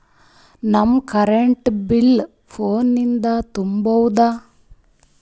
ನಮ್ current bill ಫೋನ ಲಿಂದೇ ತುಂಬೌದ್ರಾ?